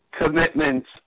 commitments